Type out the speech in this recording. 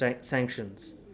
sanctions